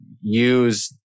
use